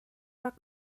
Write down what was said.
rak